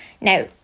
Now